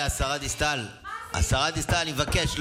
השרה דיסטל, אני מבקש.